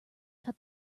cut